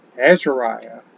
Azariah